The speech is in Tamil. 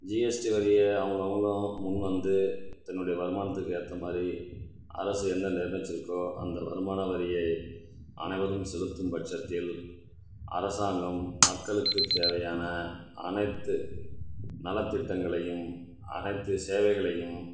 ஜிஎஸ்டி வரியை அவங்கவுங்களும் முன் வந்து தன்னுடைய வருமானத்துக்கு ஏற்ற மாதிரி அரசு என்ன நிர்ணயிச்சிருக்கோ அந்த வருமான வரியை அனைவரும் செலுத்தும் பட்சத்தில் அரசாங்கம் மக்களுக்குத் தேவையான அனைத்து நலத்திட்டங்களையும் அனைத்து சேவைகளையும்